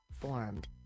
formed